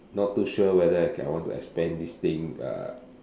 not too sure whether I can I want to expand this thing uh